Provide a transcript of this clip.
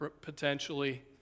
potentially